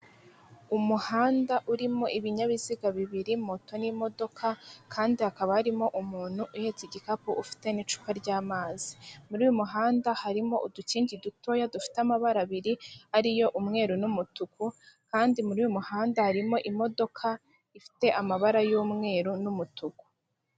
Umuhanda wa kaburimbo urimo imodoka ndetse na moto, ufite ibifate bibiri, ukikijwe n'ibiti n'ibimera n'indabo wegereye amazu.